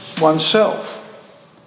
oneself